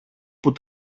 που